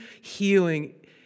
healing